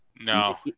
No